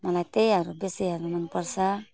मलाई त्यहीहरू बेसी हेर्नु मनपर्छ